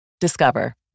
Discover